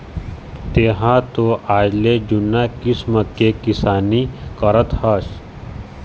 तेंहा तो आजले जुन्ना किसम के किसानी करत हस